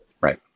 Right